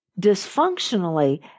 dysfunctionally